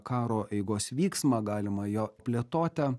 karo eigos vyksmą galimą jo plėtotę